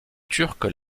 turcs